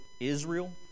Israel